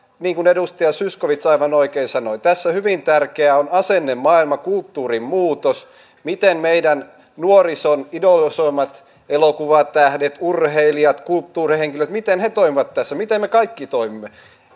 niin kuin edustaja zyskowicz aivan oikein sanoi tässä hyvin tärkeä on asennemaailma kulttuurin muutos miten meidän nuorison idolisoimat elokuvatähdet urheilijat kulttuurihenkilöt toimivat tässä miten me kaikki toimimme